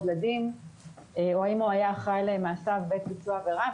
לדין או האם הוא היה אחראי למעשיו בעת ביצוע העבירה,